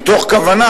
מתוך כוונה.